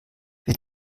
wir